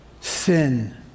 sin